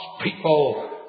people